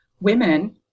women